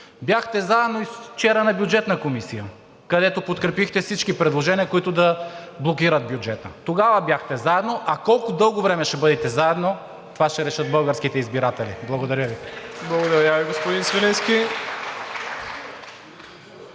Бяхте заедно и вчера на Бюджетната комисия, където подкрепихте всички предложения, които да блокират бюджета. Тогава бяхте заедно. А колко дълго време ще бъдете заедно, това ще решат българските избиратели. Благодаря Ви. (Ръкопляскания